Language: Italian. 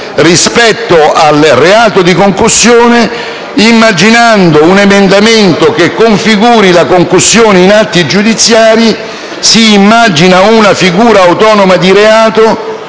rispetto al reato di concussione, immaginando un emendamento che configuri la concussione in atti giudiziari si immaginerebbe una figura autonoma di reato